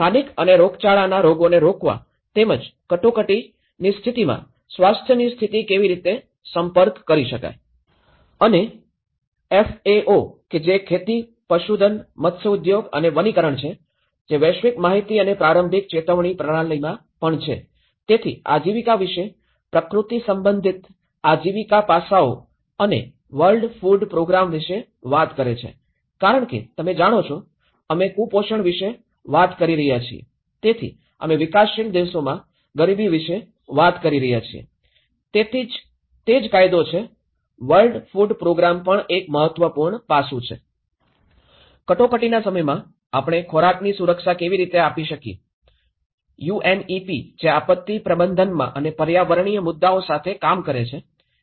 સ્થાનિક અને રોગચાળાના રોગોને રોકવા તેમજ કટોકટી અને કટોકટીની સ્થિતિમાં સ્વાસ્થ્યની સ્થિતિને કેવી રીતે સંપર્ક કરવો અને એફએઓ કે જે ખેતી પશુધન મત્સ્યઉદ્યોગ અને વનીકરણ છે જે વૈશ્વિક માહિતી અને પ્રારંભિક ચેતવણી પ્રણાલીમાં પણ છે તેથી તે આજીવિકા વિશે પ્રકૃતિ સંબંધિત આજીવિકા પાસાઓ અને વર્લ્ડ ફૂડ પ્રોગ્રામ વિશે વાત કરે છે કારણ કે તમે જાણો છો અમે કુપોષણ વિશે વાત કરી રહ્યા છીએ તેથી અમે વિકાસશીલ દેશોમાં ગરીબી વિશે વાત કરી રહ્યા છીએ તેથી તે જ કાયદો છે વર્લ્ડ ફૂડ પ્રોગ્રામ પણ એક મહત્વપૂર્ણ પાસું છે કટોકટીના સમયમાં આપણે ખોરાકની સુરક્ષા કેવી રીતે આપી શકીએ છીએ યુએનઈપી જે આપત્તિ પ્રબંધનમાં અને પર્યાવરણીય મુદ્દાઓ સાથે વધુ કામ કરે છે